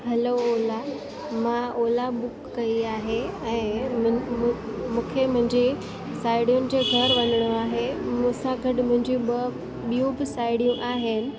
हलो ओला मां ओला बुक कयी आहे ऐं मूंखे मुंहिंजी साहेड़ियुनि जे घर वञणो आहे मूंसां गॾु मुंहिंजी ॿ ॿियूं बि साहेड़ियूं आहिनि